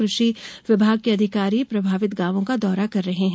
कृषि विभाग के अधिकारी प्रभावित गांवों का दौरा कर रहे हैं